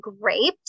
grapes